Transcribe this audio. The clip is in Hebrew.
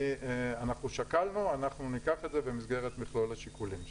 אנחנו שקלנו וניקח את זה במסגרת מכלול השיקולים שלנו.